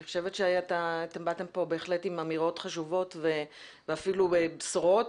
אני חושבת שבהחלט באתם לכאן עם אמירות חשובות ואפילו בשורות.